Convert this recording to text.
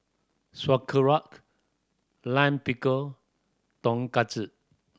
Sauerkraut Lime Pickle Tonkatsu